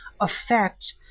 affect